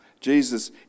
Jesus